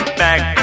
back